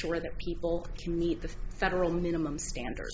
sure that people can meet the federal minimum standard